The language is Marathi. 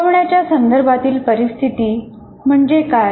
शिकवण्याच्या संदर्भातील परिस्थिती म्हणजे काय